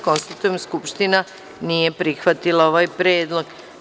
Konstatujem da Skupština nije prihvatila ovaj predlog.